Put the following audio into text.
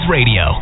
Radio